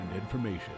information